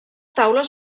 taules